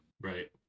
Right